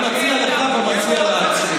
אני מציע לך ואני מציע לעצמי.